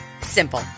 Simple